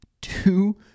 two